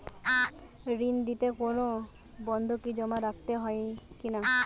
ঋণ নিতে কোনো বন্ধকি জমা রাখতে হয় কিনা?